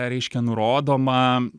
reiškia nurodoma